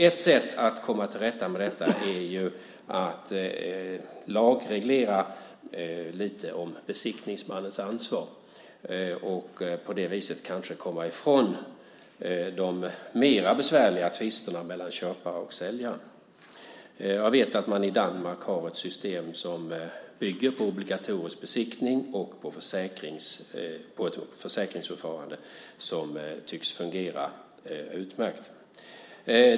Ett sätt att komma till rätta med detta är att lagreglera besiktningsmannens ansvar och på det viset kanske komma ifrån de mer besvärliga tvisterna mellan köpare och säljare. Jag vet att man i Danmark har ett system som bygger på obligatorisk besiktning och på försäkringsförfarande och som tycks fungera utmärkt.